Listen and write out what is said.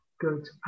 good